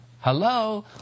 hello